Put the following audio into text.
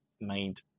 made